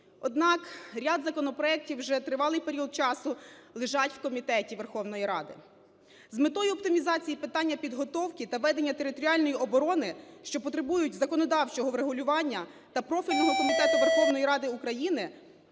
Однак ряд законопроектів вже тривалий період часу лежать у комітеті Верховної Ради. З метою оптимізації питання підготовки та ведення територіальної оборони, що потребують законодавчого врегулювання та… профільного комітету Верховної Ради України,